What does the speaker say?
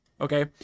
Okay